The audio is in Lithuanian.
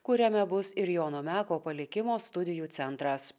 kuriame bus ir jono meko palikimo studijų centras